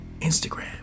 Instagram